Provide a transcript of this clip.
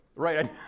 Right